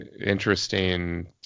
interesting